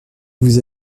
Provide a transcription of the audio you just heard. vous